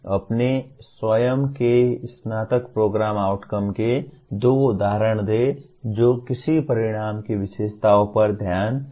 अपने स्वयं के स्नातक प्रोग्राम आउटकम के दो उदाहरण दें जो किसी परिणाम की विशेषताओं पर ध्यान दें